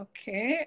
Okay